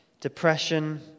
depression